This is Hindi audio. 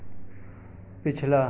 पिछला